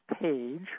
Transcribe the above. page